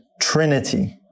Trinity